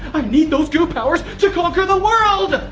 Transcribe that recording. need those goo powers to conquer the world!